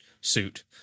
suit